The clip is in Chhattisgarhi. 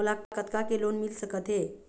मोला कतका के लोन मिल सकत हे?